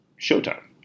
Showtime